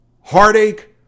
heartache